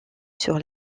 sur